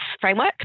framework